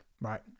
Right